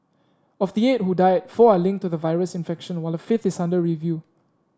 of the eight who died four are linked to the virus infection while a fifth is under review